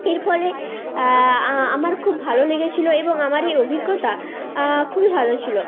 এর ফলে আমার খুব ভালো লেগেছিল এবং আমার এই অভিজ্ঞতা খুবই ভালো ছিলো